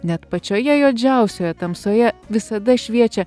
net pačioje juodžiausioje tamsoje visada šviečia